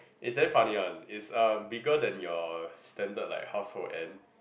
it's damn funny one is um bigger than your standard household ant